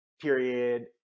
period